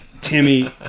Timmy